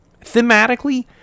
Thematically